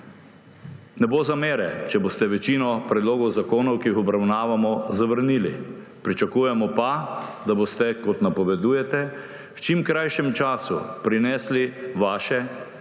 Ne bo zamere, če boste večino predlogov zakonov, ki jih obravnavamo, zavrnili, pričakujemo pa, da boste, kot napovedujete, v čim krajšem času prinesli svoje,